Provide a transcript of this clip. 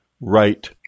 right